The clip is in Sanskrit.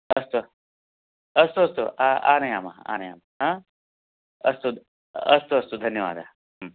अस्तु अस्तु अस्तु आनयामः आनयामः आ अस्तु अस्तु अस्तु धन्यवादः